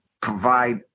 provide